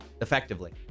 Effectively